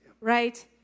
right